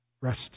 rest